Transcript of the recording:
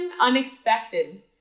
unexpected